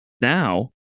Now